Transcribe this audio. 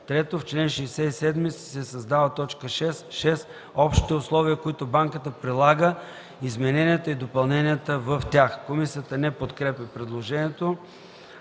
3. В чл. 67 се създава т. 6: „6. общите условия, които банката прилага, измененията и допълненията в тях.” Комисията не подкрепя предложението.